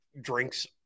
drinks